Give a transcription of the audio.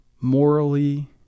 morally